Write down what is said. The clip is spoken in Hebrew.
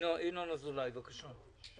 ינון אזולאי, בבקשה.